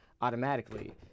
automatically